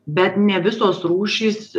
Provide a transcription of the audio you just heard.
bet ne visos rūšys